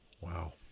Wow